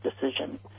decision